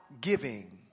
giving